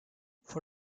for